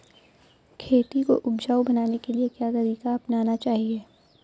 खेती को उपजाऊ बनाने के लिए क्या तरीका अपनाना चाहिए?